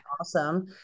awesome